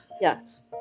yes